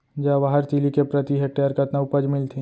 जवाहर तिलि के प्रति हेक्टेयर कतना उपज मिलथे?